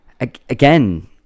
Again